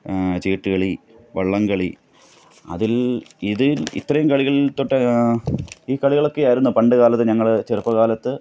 ചീട്ട്കളി വള്ളംകളി അതിൽ ഇതിൽ ഇത്രയും കളികളിൽ തൊട്ട് ഈ കളികളൊക്കെയായിരുന്നു പണ്ടുകാലത്ത് ഞങ്ങൾ ചെറുപ്പകാലത്ത്